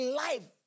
life